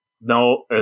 no